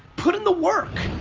put in the work.